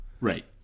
Right